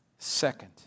Second